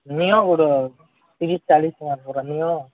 ନିଅ ତିରିଶି ଚାଳିଶି ଟଙ୍କାରେ ବରା ନିଅ